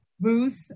booth